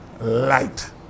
light